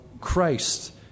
Christ